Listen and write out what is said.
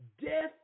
Death